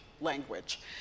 language